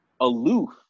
aloof